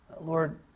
Lord